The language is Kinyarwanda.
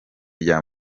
rya